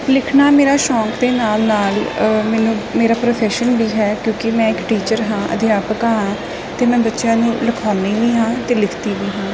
ਲਿਖਣਾ ਮੇਰਾ ਸ਼ੌਂਕ ਅਤੇ ਨਾਲ ਨਾਲ ਮੈਨੂੰ ਮੇਰਾ ਪ੍ਰੋਫੈਸ਼ਨ ਵੀ ਹੈ ਕਿਉਂਕਿ ਮੈਂ ਇੱਕ ਟੀਚਰ ਹਾਂ ਅਧਿਆਪਕ ਹਾਂ ਅਤੇ ਮੈਂ ਬੱਚਿਆਂ ਨੂੰ ਲਿਖਵਾਉਂਦੀ ਵੀ ਹਾਂ ਅਤੇ ਲਿਖਦੀ ਵੀ ਹਾਂ